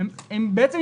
יש